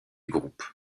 groupe